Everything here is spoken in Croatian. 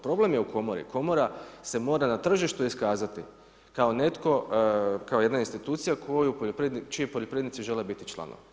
Problem je u Komori, Komora se mora na tržištu iskazati, kao netko, kao jedna institucija, koju, čiji poljoprivrednici žele biti članovi.